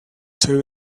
two